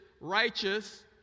righteous